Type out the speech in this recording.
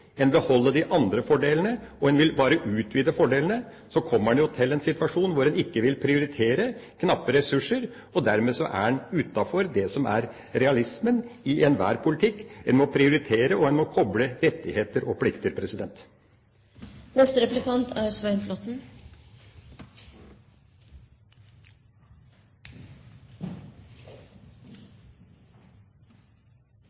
å beholde de andre fordelene, og en vil bare utvide fordelene, kommer en jo til en situasjon hvor en ikke vil prioritere knappe ressurser. Dermed er en utenfor det som er realismen i enhver politikk: En må prioritere, og en må kople rettigheter og plikter.